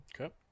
Okay